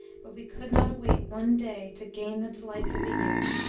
but we could not await one day to gain the delights of a year!